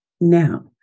now